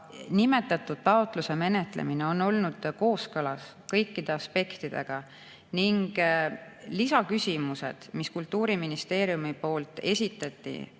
Nimetatud taotluse menetlemine on olnud kooskõlas kõikide aspektidega ning lisaküsimused, mis Kultuuriministeerium taotlejale